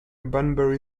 bunbury